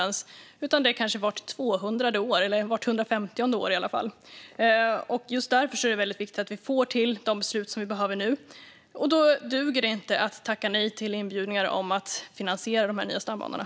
Det sker kanske vart 200:e år eller i alla fall vart 150:e år. Just därför är det viktigt att vi får till de beslut som vi behövs nu. Då duger det inte att tacka nej till inbjudningar om att finansiera de nya stambanorna.